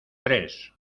tres